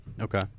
Okay